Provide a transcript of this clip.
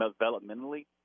developmentally